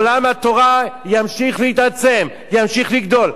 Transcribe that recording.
עולם התורה ימשיך ויתעצם, ימשיך לגדול.